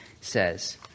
says